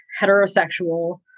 heterosexual